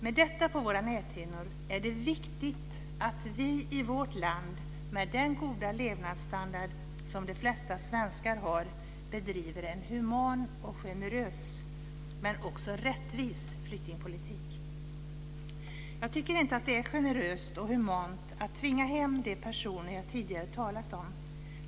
Med detta på våra näthinnor är det viktigt att vi i vårt land, med den goda levnadsstandard som de flesta svenskar har, bedriver en human och generös men också rättvis flyktingpolitik. Jag tycker inte att det är generöst och humant att tvinga hem de personer jag tidigare talat om.